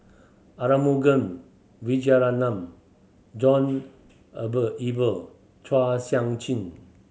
Arumugam Vijiaratnam John Eber Chua Sian Chin